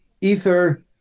ether